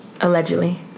Allegedly